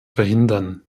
verhindern